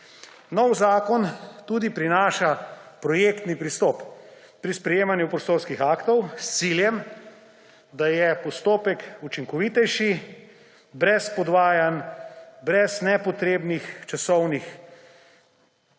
Nov zakon tudi prinaša projektni pristop pri sprejemanju prostorskih aktov s ciljem, da je postopek učinkovitejši, brez podvajanj, brez nepotrebnih časovnih